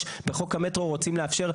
בחוק המטרו רוצים לאפשר,